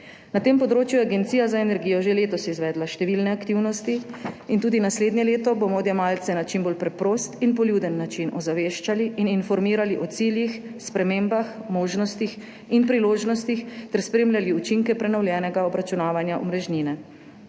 Na tem področju je Agencija za energijo že letos izvedla številne aktivnosti in tudi naslednje leto bomo odjemalce na čim bolj preprost in poljuden način ozaveščali in informirali o ciljih, spremembah, možnostih in priložnostih ter spremljali učinke prenovljenega obračunavanja omrežnine.